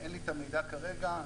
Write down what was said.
המידע כרגע.